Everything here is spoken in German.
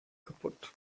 kapput